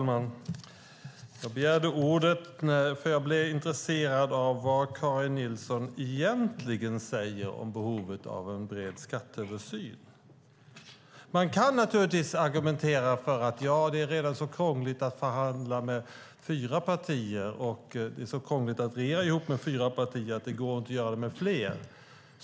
Fru talman! Jag begärde ordet för att jag blev intresserad av vad Karin Nilsson egentligen säger om behovet av en bred skatteöversyn. Man kan givetvis argumentera att det redan är så krångligt för fyra partier att förhandla och regera ihop att det inte går att göra det med fler.